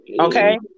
Okay